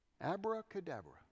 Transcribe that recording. Abracadabra